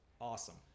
awesome